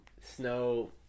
snow